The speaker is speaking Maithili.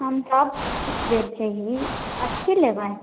हम सबचीज बेचै ही कथी लेबै